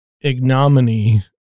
ignominy